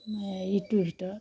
ঋতুৰ ভিতৰত